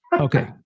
Okay